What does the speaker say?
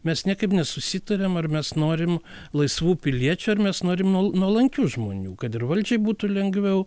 mes niekaip nesusitariam ar mes norim laisvų piliečių ar mes norim nuol nuolankių žmonių kad ir valdžiai būtų lengviau